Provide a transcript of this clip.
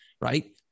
right